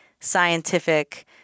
scientific